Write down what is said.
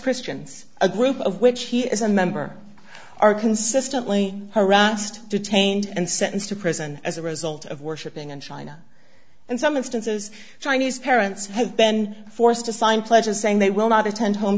christians a group of which he is a member are consistently harassed detained and sentenced to prison as a result of worshipping in china in some instances chinese parents have been forced to sign pledges saying they will not attend home